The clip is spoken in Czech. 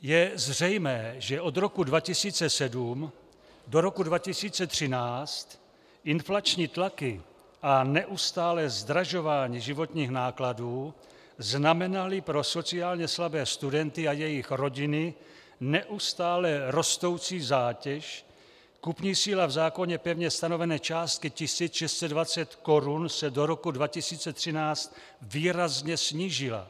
Je zřejmé, že od roku 2007 do roku 2013 inflační tlaky a neustálé zdražování životních nákladů znamenaly pro sociálně slabé studenty a jejich rodiny neustále rostoucí zátěž, kupní síla v zákoně pevně stanovené částky 1 620 korun se do roku 2013 výrazně snížila.